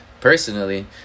personally